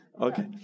Okay